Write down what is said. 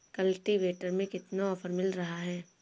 Cultivator में कितना offer मिल रहा है?